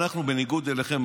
אנחנו בניגוד אליכם,